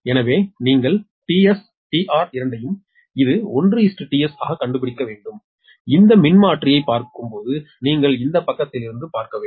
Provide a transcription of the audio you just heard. எனவே நீங்கள் tS tR இரண்டையும் இது 1 tS ஆகக் கண்டுபிடிக்க வேண்டும் இந்த மின்மாற்றியைப் பார்க்கும்போது நீங்கள் இந்த பக்கத்திலிருந்து பார்க்க வேண்டும்